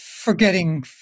Forgetting